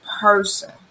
person